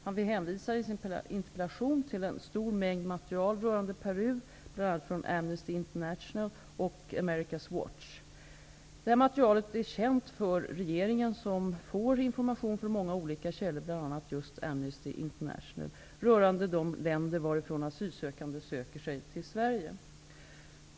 Han hänvisar i sin interpellation till en stor mängd material rörande Peru, bl.a. från Amnesty International och America's Watch. Detta material är känt för regeringen, som får information från många olika källor, bl.a. just Amnesty International, rörande de länder varifrån asylsökande söker sig till Sverige.